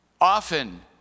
Often